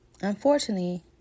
Unfortunately